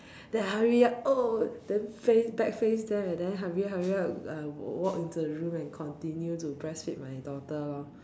then hurry up oh then face back face them then hurry hurry hurry up walk into the room and continue to breastfeed my daughter lor